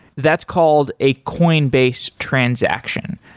that's called a coinbase transaction.